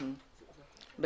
תודה.